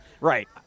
right